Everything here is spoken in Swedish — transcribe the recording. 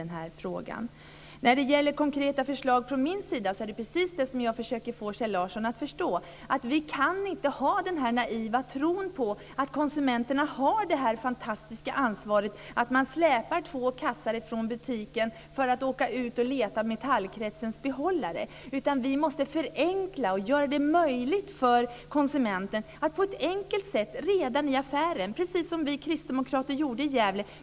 När det gäller konkreta förslag från min sida är det precis det som jag försöker få Kjell Larsson att förstå: vi kan inte ha den naiva tron att konsumenterna har det här fantastiska ansvaret att de släpar två kassar från butiken för att åka ut och leta efter Metallkretsens behållare. Vi måste göra det möjligt för konsumenten att på ett enkelt sätt börja redan i affären. Vi kristdemokrater gjorde detta i Gävle.